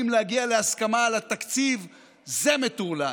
להגיע להסכמה על התקציב זה מטורלל,